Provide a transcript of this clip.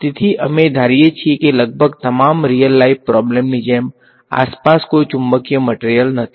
તેથી અમે ધારીએ છીએ કે લગભગ તમામ રીયલ લાઈફ પ્રોબ્લેમ ની જેમ આસપાસ કોઈ ચુંબકીય મટેરીયલ નથી